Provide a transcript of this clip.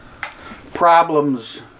problems